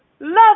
Love